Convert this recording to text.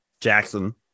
Jackson